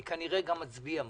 אני כנראה גם אצביע מחר.